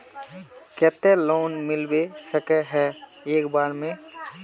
केते लोन मिलबे सके है एक बार में?